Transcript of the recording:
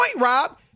Rob